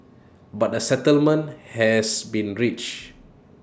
but A settlement has been reached